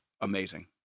amazing